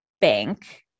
bank